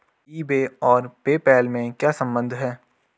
ई बे और PayPal में क्या संबंध है?